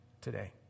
today